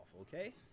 okay